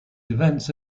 events